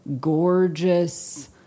gorgeous